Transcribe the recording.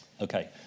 Okay